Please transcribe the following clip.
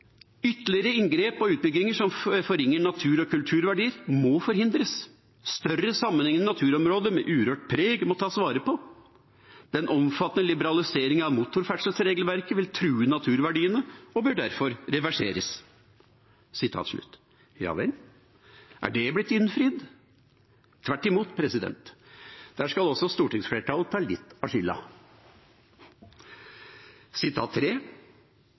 inngrep og utbygginger som forringer natur- og kulturverdier må forhindres. Større sammenhengende naturområder med urørt preg må tas vare på. Den omfattende liberaliseringen av motorferdselregelverket vil true naturverdiene og bør derfor reverseres.» Ja vel, er det blitt innfridd? Tvert imot. Der skal også stortingsflertallet ta litt av skylda. Sitat tre: